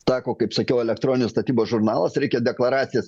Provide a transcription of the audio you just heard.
teko kaip sakiau elektroninis statybos žurnalas reikia deklaracijas